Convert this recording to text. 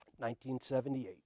1978